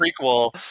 prequel